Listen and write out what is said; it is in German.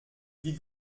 wie